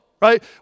right